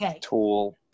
tool